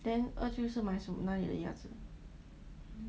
then 二舅是买什么的鸭